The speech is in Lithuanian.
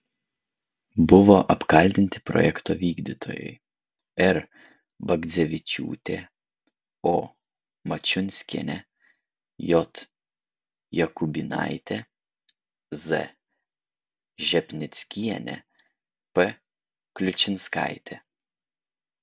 buvo apkaltinti projekto vykdytojai r bagdzevičiūtė o mačiunskienė j jakubynaitė z žepnickienė p kliučinskaitė